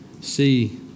see